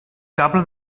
cable